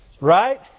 Right